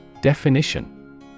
Definition